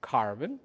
carbon